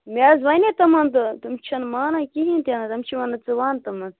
مےٚ حظ ونے تِمن تہٕ تِم چھِنہٕ مانان کِہیٖنٛۍ تہِ نہٕ تِم چھِ وَنان ژٕ وَن تِمَن